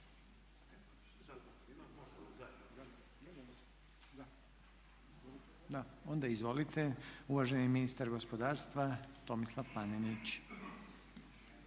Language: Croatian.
Da, onda izvolite. Uvaženi ministar gospodarstva Tomislav Panenić.